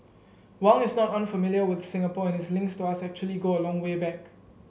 Wang is not unfamiliar with Singapore and his links to us actually go a long way back